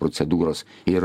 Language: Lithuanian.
procedūros ir